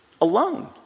alone